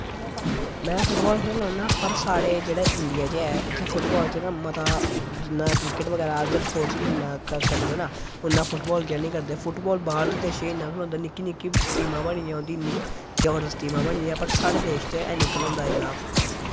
में फुटबॉल खेड्ढा ना पर साढ़े जेह्ड़े इंडिया च ऐ इत्थै फुटबॉल च ना मता जिन्ना क्रिकेट बगैरा जां अदर स्पोर्टस गी करदे ना उन्ना फुटबॉल गी निं करदे फुटबॉल बाह्र दे देशें ई खेढदे निक्की निक्की टीमां बनी दियां उं'दी जबरदस्त टीमां बनी दियां पर साढ़े देश नै हैनी खढोंदा इन्ना